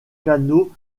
canot